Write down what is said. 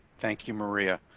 thank you, maria,